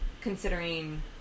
considering